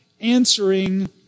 answering